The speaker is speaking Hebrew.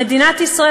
במדינת ישראל,